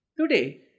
Today